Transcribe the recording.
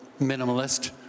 minimalist